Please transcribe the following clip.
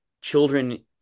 children